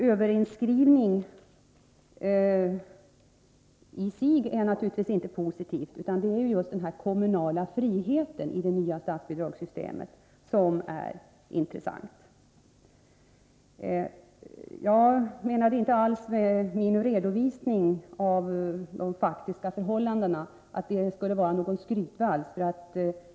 Överinskrivning i sig är naturligtvis inte någonting positivt, utan det är just den kommunala friheten i det nya statsbidragssystemet som är intressant. Min redovisning av de faktiska förhållandena var inte avsedd att vara någon ”skrytvals”.